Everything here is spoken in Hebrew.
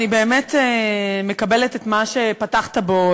אני באמת מקבלת את מה שפתחת בו,